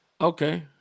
Okay